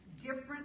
Different